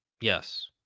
Yes